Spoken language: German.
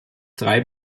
drei